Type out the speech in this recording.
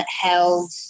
held